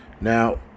now